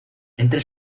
entre